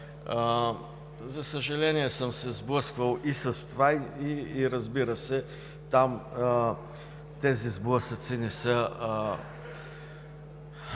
За съжаление съм се сблъсквал и с това и, разбира се, там тези сблъсъци не са